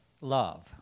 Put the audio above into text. love